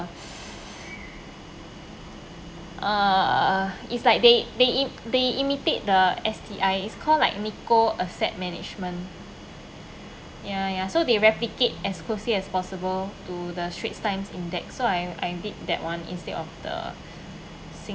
uh it's like they they im~ they imitate the S_T_I it's called like Nikko Asset Management ya ya so they replicate as closely as possible to the Straits Times Index so I I did that [one] instead of the